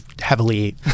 heavily